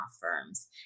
firms